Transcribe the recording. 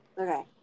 Okay